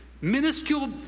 minuscule